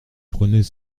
prenait